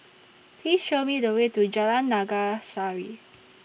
Please Show Me The Way to Jalan Naga Sari